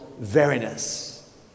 veriness